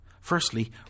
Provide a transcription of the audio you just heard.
Firstly